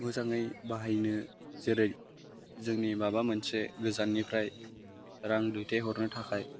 मोजाङै बाहायनो जेरै जोंनि माबा मोनसे गोजाननिफ्राय रां दैथायहरनो थाखाय